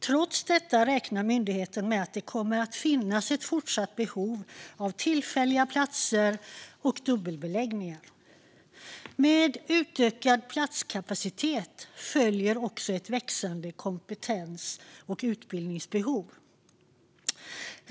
Trots detta räknar myndigheten med att det kommer att finnas fortsatt behov av tillfälliga platser och dubbelbeläggningar. Med utökad platskapacitet följer också ett växande kompetens och utbildningsbehov.